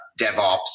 DevOps